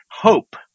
hope